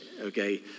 okay